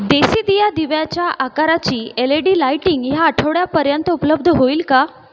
देसीदिया दिव्याच्या आकाराची L E D lighting ह्या आठवड्यापर्यंत उपलब्ध होईल का